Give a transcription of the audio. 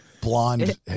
blonde